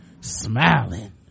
smiling